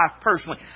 personally